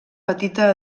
petita